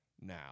now